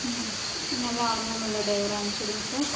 ம் நல்லா அனுபவமுள்ள ட்ரைவராக அனுச்சிவுடுங்க சார்